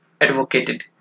advocated